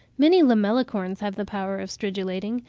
many lamellicorns have the power of stridulating,